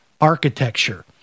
architecture